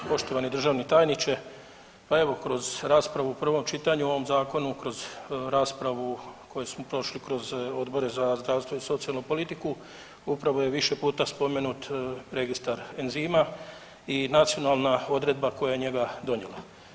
Poštovani državni tajniče, pa evo kroz raspravu u prvom čitanju u ovom zakonu kroz raspravu koju smo prošli kroz Odbore za zdravstvo i socijalnu politiku upravo je više puta spomenut registar enzima i nacionalna odredba koja je njega donijela.